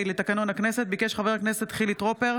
הרווחה והבריאות למניעת התמכרויות.